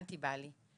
אל תיבהלי,